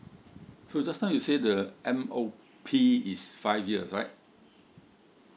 so just now you say the M O P is five years right